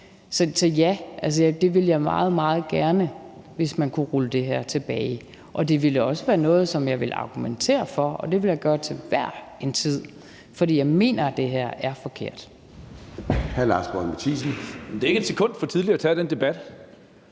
Så ja, jeg ville meget, meget gerne, at man kunne rulle det her tilbage. Det vil også være noget, som jeg vil argumentere for, og det vil jeg gøre til hver en tid, fordi jeg mener, at det her er forkert.